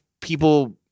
people